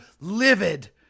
livid